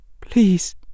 Please